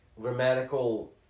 grammatical